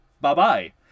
bye-bye